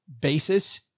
basis